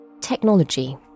Technology